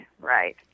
Right